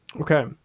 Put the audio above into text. Okay